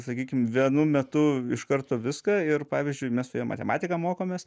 sakykim vienu metu iš karto viską ir pavyzdžiui mes su ja matematiką mokomės